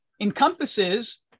encompasses